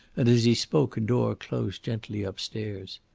and as he spoke a door closed gently upstairs.